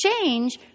change